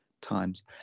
times